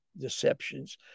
deceptions